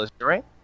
right